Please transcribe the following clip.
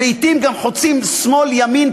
שלעתים גם חוצים שמאל ימין,